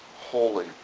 holy